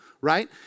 right